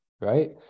right